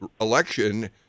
election